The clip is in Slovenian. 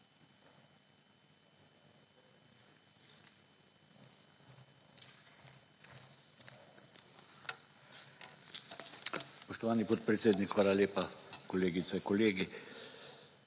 Spoštovani podpredsednik, hvala lepa. Kolegice, kolegi.